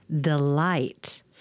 delight